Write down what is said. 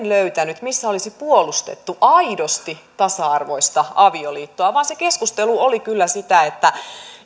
löytänyt missä olisi puolustettu aidosti tasa arvoista avioliittoa vaan se keskustelu oli kyllä sitä että